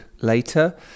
later